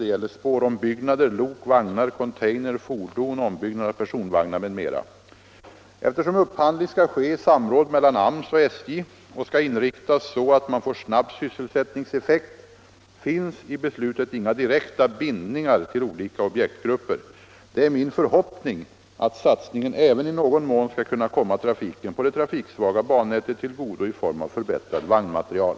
Det gäller spårombyggnader, lok, vagnar, container, fordon, ombyggnad av personvagnar m.m. Eftersom upphandling skall ske i samråd mellan AMS och SJ och skall inriktas så att man får snabb sysselsättningseffekt finns i beslutet inga direkta bindningar till olika objektgrupper. Det är min förhoppning att satsningen även i någon mån skall kunna komma trafiken på det trafiksvaga bannätet till godo i form av förbättrad vagnmateriel.